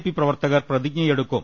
P പ്രവർത്തകർ പ്രതിജ്ഞയെടുക്കും